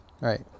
right